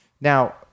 Now